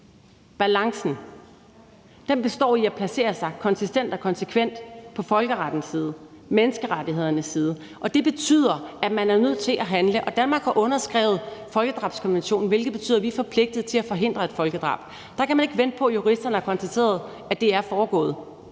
Søe, består i at placere sig konsistent og konsekvent på folkerettens side, menneskerettighedernes side, og det betyder, at man er nødt til at handle. Danmark har underskrevet folkedrabskonventionen, hvilket betyder, at vi er forpligtet til at forhindre et folkedrab. Der kan man ikke vente på, at juristerne har konstateret, at det er foregået,